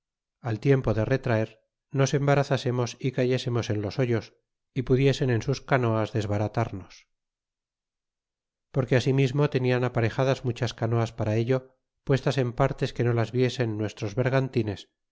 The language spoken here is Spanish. al tiempo de retraer nos embarazásemos y cayésemos en los hoyos y pudiesen en sus canoas desbaratarnos porque ansimismo tenian aparejadas muchas canoas para ello puestas en partes que no las viesen nuestros bergantines